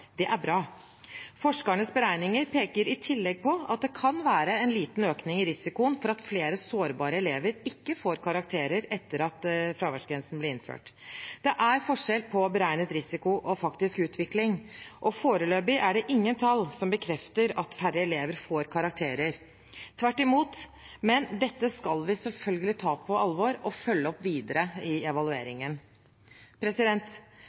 Det er bra. Forskernes beregninger peker i tillegg på at det kan være en liten økning i risikoen for at flere sårbare elever ikke får karakterer etter at fraværsgrensen ble innført. Det er forskjell på beregnet risiko og faktisk utvikling, og foreløpig er det ingen tall som bekrefter at færre elever får karakterer, tvert imot, men dette skal vi selvfølgelig ta på alvor og følge opp videre i